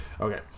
Okay